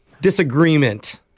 disagreement